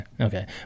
Okay